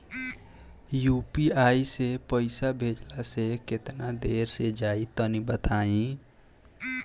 UPI से पईसा भेजलाऽ से पईसा केतना देर मे जाई तनि बताई?